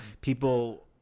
people